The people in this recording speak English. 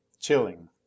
chilling